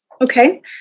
Okay